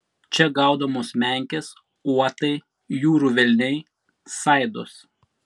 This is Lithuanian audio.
čia gaudomos menkės uotai jūrų velniai saidos